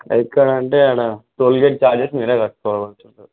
ఎక్కడ అంటే ఆడ టోల్ గేట్ చార్జెస్ మీరు కట్టుకోవాలి